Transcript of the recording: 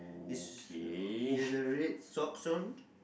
is uh he has a red socks on